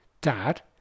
dad